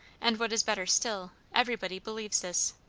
and what is better still, everybody believes this.